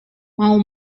mau